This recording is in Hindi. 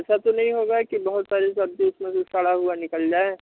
ऐसा तो नहीं होगा की बहुत सारी सब्जी इसमें से सड़ा हुआ निकल जाए